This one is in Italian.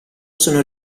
sono